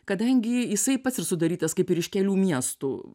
kadangi jisai pats ir sudarytas kaip ir iš kelių miestų